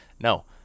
no